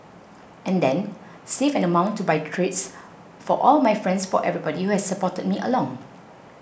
and then save an amount to buy treats for all my friends for everybody who has supported me along